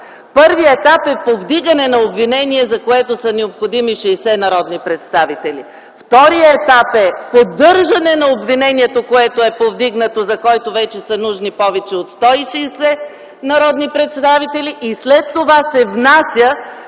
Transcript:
Първият етап е повдигане на обвинение, за което са необходими 60 народни представители. Вторият етап е поддържане на обвинението, което е повдигнато, за който вече са нужни повече от 160 народни представители. И след това се внася